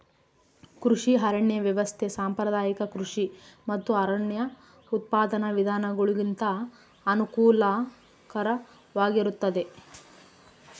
ಕೃಷಿ ಅರಣ್ಯ ವ್ಯವಸ್ಥೆ ಸಾಂಪ್ರದಾಯಿಕ ಕೃಷಿ ಮತ್ತು ಅರಣ್ಯ ಉತ್ಪಾದನಾ ವಿಧಾನಗುಳಿಗಿಂತ ಅನುಕೂಲಕರವಾಗಿರುತ್ತದ